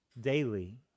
daily